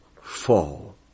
fall